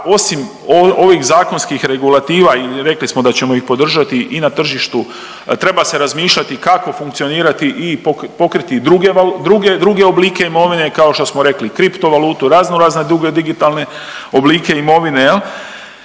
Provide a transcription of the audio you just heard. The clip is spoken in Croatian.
osim ovih zakonskih regulativa i rekli smo da ćemo ih podržati i na tržištu, treba se razmišljati kako funkcionirati i pokriti druge oblike imovine, kao što smo rekli kriptovalutu, raznorazne druge digitalne oblike imovine,